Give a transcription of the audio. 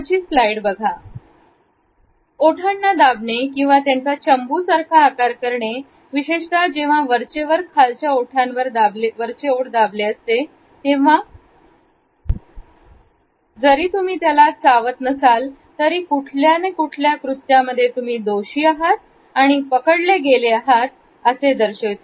पुढची स्लाईड बघा ओठांना दाबणे किंवा त्याचा चंबू सारखा आकार करणे विशेषतः जेव्हा वरचे ओठ खालच्या ओठांवर दाबले असते तेव्हा घरी तुम्ही त्याला चावत नसला तरी कुठल्या आणि कुठल्या कृत्या मध्ये तुम्ही दोषी आहात आणि पकडले गेले आहात असे दर्शविते